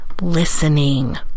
listening